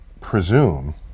presume